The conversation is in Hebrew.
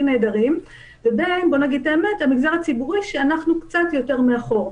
נהדרים לבין בוא נגיד את האמת המגזר הציבורי שאנחנו קצת יותר מאחור.